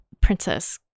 princess